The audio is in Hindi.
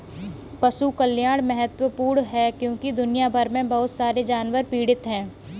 पशु कल्याण महत्वपूर्ण है क्योंकि दुनिया भर में बहुत सारे जानवर पीड़ित हैं